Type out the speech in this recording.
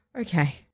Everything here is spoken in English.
Okay